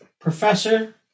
professor